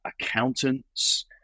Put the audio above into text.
accountants